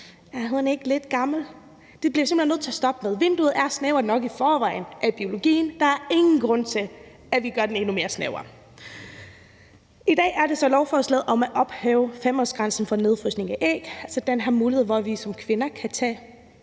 Er hun ikke lidt gammelt? Det bliver vi simpelt hen nødt til at stoppe med. Vinduet er snævert nok i forvejen på grund af biologien. Der er ingen grund til, at vi gør den endnu mere snæver. I dag er der så lovforslaget om at ophæve 5-årsgrænsen for nedfrysning af æg, altså den her mulighed, hvor vi som kvinder kan tage